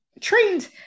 trained